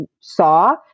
saw